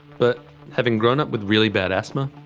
but having grown up with really bad asthma,